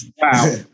Wow